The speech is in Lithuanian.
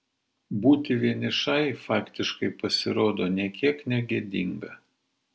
būti vienišai faktiškai pasirodo nė kiek negėdinga